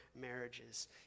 marriages